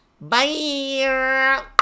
bye